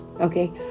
Okay